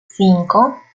cinco